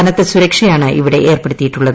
കനത്ത സുരക്ഷയാണ് ഇവിടെ ഏർപ്പെടുത്തിയിട്ടുള്ളത്